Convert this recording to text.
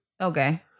Okay